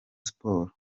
sports